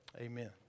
Amen